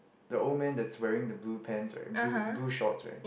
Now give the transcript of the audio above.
the old man that's wearing the blue pants right blue blue shorts right